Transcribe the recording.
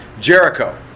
Jericho